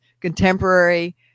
contemporary